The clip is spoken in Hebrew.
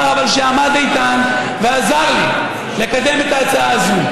ושעמד איתן ועזר לי לקדם את ההצעה הזו.